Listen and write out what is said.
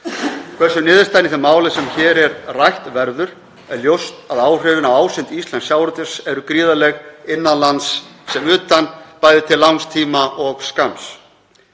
Hver sem niðurstaðan í því máli sem hér er rætt verður er ljóst að áhrifin á ásýnd íslensks sjávarútvegs eru gríðarleg innan lands sem utan, bæði til langs tíma og skamms.